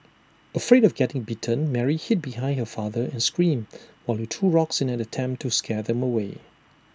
afraid of getting bitten Mary hid behind her father and screamed while he threw rocks in an attempt to scare them away